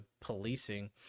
policing